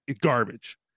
garbage